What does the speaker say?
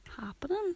happening